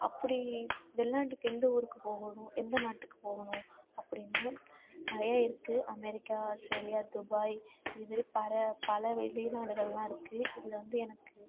அப்படி வெளிநாட்டுக்கு எந்த ஊருக்கு போகணும் எந்த நாட்டுக்கு போகணும் அப்படினா நிறையா இருக்குது அமெரிக்கா ஆஸ்ட்ரேலியா துபாய் இதுமாரி பல பல வெளிநாடுகளெலாம் இருக்குது இதில் வந்து எனக்கு